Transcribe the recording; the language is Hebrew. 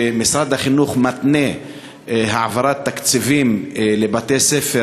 שמשרד החינוך מתנה העברת תקציבים לבתי-ספר